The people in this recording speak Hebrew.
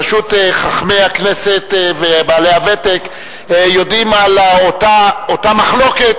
פשוט חכמי הכנסת ובעלי הוותק יודעים על אותה מחלוקת